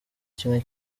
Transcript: kimwe